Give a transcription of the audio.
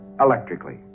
electrically